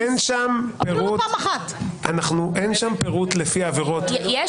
אם את מכריזה עליו כעם אז יש לי סמכויות שונות כדי להיאבק בעם,